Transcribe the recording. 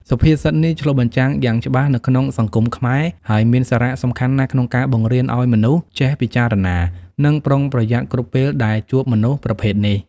សុភាសិតនេះឆ្លុះបញ្ចាំងយ៉ាងច្បាស់នៅក្នុងសង្គមខ្មែរ ហើយមានសារៈសំខាន់ណាស់ក្នុងការបង្រៀនឱ្យមនុស្សចេះពិចារណា និងប្រុងប្រយ័ត្នគ្រប់ពេលដែលជួបមនុស្សប្រភេទនេះ។